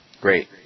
Great